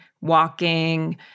walking